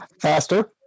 faster